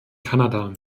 kanada